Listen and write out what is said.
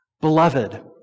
Beloved